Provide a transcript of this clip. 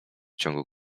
ciągu